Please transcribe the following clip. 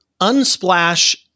Unsplash